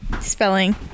spelling